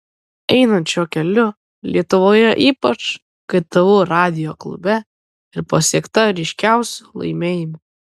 einant šiuo keliu lietuvoje ypač ktu radijo klube ir pasiekta ryškiausių laimėjimų